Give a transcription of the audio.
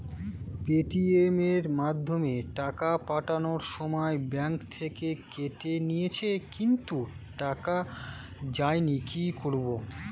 Paytm এর মাধ্যমে টাকা পাঠানোর সময় ব্যাংক থেকে কেটে নিয়েছে কিন্তু টাকা যায়নি কি করব?